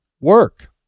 work